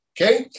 Okay